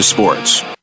Sports